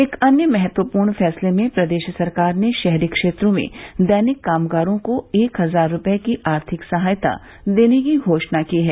एक अन्य महत्वपूर्ण फैसले में प्रदेश सरकार ने शहरी क्षेत्रों में दैनिक कामगारों को एक हजार रूपये की आर्थिक सहायता देने की घोषणा की है